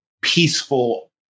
peaceful